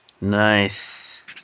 Nice